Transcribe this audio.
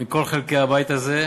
בכל חלקי הבית הזה,